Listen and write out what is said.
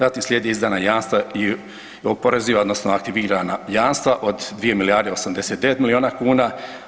Zatim slijede izdana jamstva i oporezivana, odnosno aktivirana jamstva od 2 milijarde i 89 milijuna kuna.